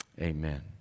Amen